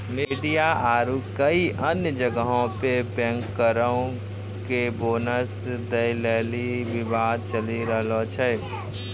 media आरु कई अन्य जगहो पे बैंकरो के बोनस दै लेली विवाद चलि रहलो छै